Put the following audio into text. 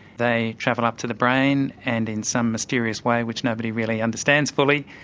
they travel up to the brain and in some mysterious way, which nobody really understands fully,